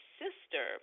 sister